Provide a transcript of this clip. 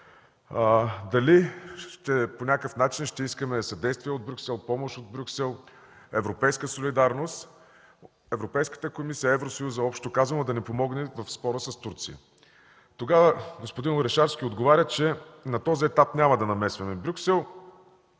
дали по някакъв начин ще искаме съдействие от Брюксел, помощ от Брюксел, европейска солидарност – Европейската комисия, Евросъюзът, общо казано, да ни помогне в спора с Турция. Тогава господин Орешарски отговаря, че на този етап няма да намесваме Брюксел,